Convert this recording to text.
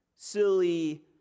silly